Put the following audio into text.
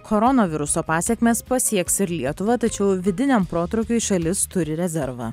koronaviruso pasekmės pasieks ir lietuvą tačiau vidiniam protrūkiui šalis turi rezervą